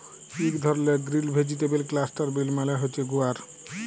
ইক ধরলের grill vegetable cluster বিল মালে হছে গুয়ার